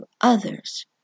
others